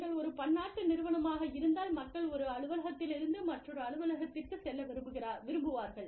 நீங்கள் ஒரு பன்னாட்டு நிறுவனமாக இருந்தால் மக்கள் ஒரு அலுவலகத்திலிருந்து மற்றொரு அலுவலகத்திற்குச் செல்ல விரும்புவார்கள்